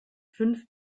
fünf